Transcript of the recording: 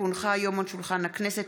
כי הונחה היום על שולחן הכנסת,